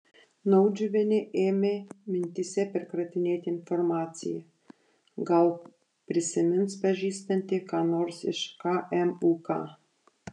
naudžiuvienė ėmė mintyse perkratinėti informaciją gal prisimins pažįstanti ką nors iš kmuk